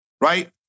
Right